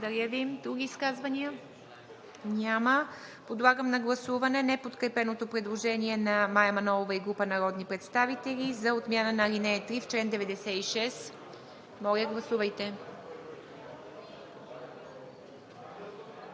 Други изказвания? Няма. Подлагам на гласуване неподкрепеното предложение на Мая Манолова и група народни представители за отмяна на ал. 3 в чл. 96. Гласували